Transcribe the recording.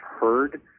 heard –